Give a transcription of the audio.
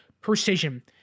precision